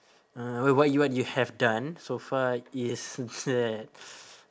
uh what you what you have done so far is that